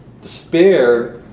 despair